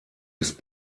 ist